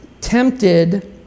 tempted